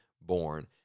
born